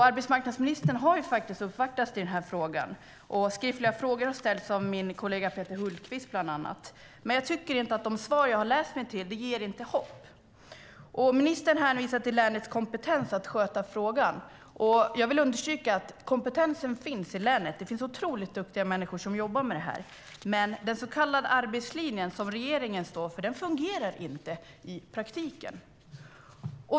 Arbetsmarknadsministern har faktiskt uppvaktats i frågan. Skriftliga frågor har ställts av bland annat min kollega Peter Hultqvist. Men jag tycker inte att de svar jag har läst ger hopp. Ministern hänvisar till kompetensen i länet att sköta frågan. Jag vill understryka att kompetensen finns i länet. Det finns otroligt duktiga människor som jobbar med det här. Men den så kallade arbetslinje som regeringen står för fungerar inte i praktiken.